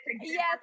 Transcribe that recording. Yes